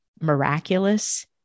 miraculous